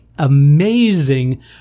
Amazing